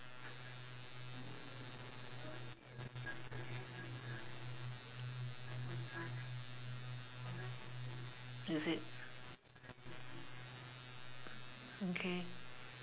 is it mm K